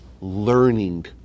learning